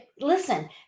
Listen